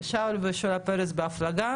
לא מדובר בגופים חדשים,